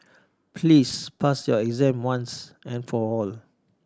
please pass your exam once and for all